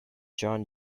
john